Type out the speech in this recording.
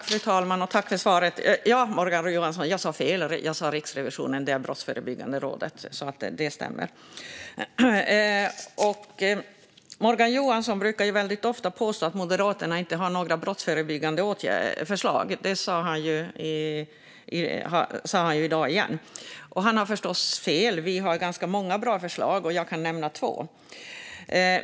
Fru talman! Ja, Morgan Johansson, jag sa fel. Jag sa Riksrevisionen, men det är Brottsförebyggande rådet - det stämmer. Morgan Johansson brukar ju väldigt ofta påstå att Moderaterna inte har några brottsförebyggande förslag. Det sa han i dag igen. Han har förstås fel. Vi har ganska många bra förslag, och jag kan nämna två.